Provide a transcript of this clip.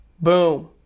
Boom